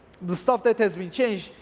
the stuff that has been changed,